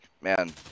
man